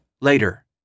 later